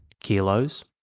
kilos